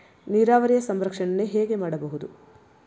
ನೀರಾವರಿಯ ಸಂರಕ್ಷಣೆಯನ್ನು ಹೇಗೆ ಮಾಡಬಹುದು?